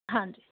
हांजी